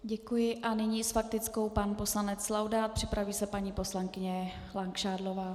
Děkuji a nyní s faktickou pan poslanec Laudát, připraví se paní poslankyně Langšádlová.